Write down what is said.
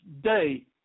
day